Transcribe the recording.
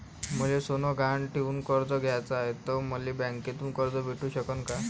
मले सोनं गहान ठेवून कर्ज घ्याचं नाय, त मले बँकेमधून कर्ज भेटू शकन का?